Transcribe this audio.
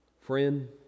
Friend